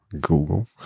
Google